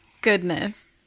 goodness